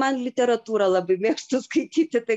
man literatūrą labiau mėgstu skaityti tai